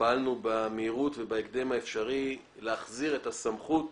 פעלנו במהירות להחזיר את הסמכות